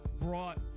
brought